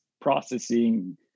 processing